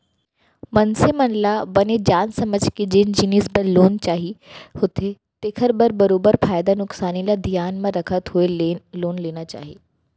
मनसे मन ल बने जान समझ के जेन जिनिस बर लोन चाही होथे तेखर बर बरोबर फायदा नुकसानी ल धियान म रखत होय लोन लेना चाही